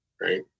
right